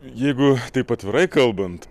jeigu taip atvirai kalbant